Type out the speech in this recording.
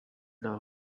now